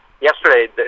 yesterday